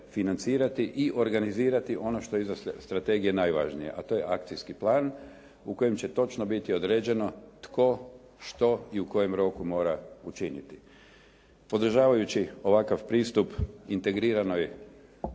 i organizirati ono što je iza strategije najvažnije, a to je akcijski plan u kojem će točno biti određeno tko što i u kojem roku mora učiniti. Podržavajući ovakav pristup integriranoj